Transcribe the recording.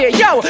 yo